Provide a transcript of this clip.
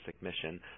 mission